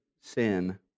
sin